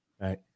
right